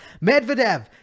Medvedev